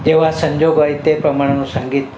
જેવા સંજોગ હોય તે પ્રમાણેનું સંગીત